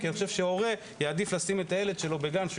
כי אני חושב שהורה יעדיף לשים את הילד שלו בגן שהוא